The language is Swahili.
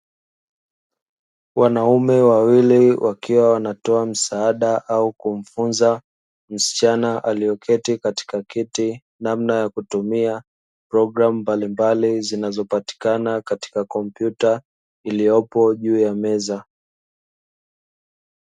Wanaume wawili wakiwa wanatoa msaada au kumfunza msichana aliyeketi katika kiti, namna ya kutumia programu mbalimbali zinazopatikana katika kompyuta iliyopo juu ya meza.